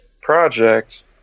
project